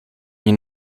nie